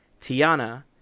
Tiana